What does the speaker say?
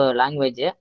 language